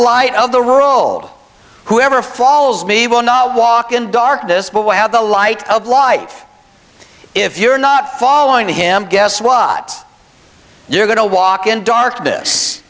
light of the rolled whoever follows me will not walk in darkness but we have the light of life if you're not following him guess what you're going to walk in darkness